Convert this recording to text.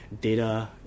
data